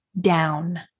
down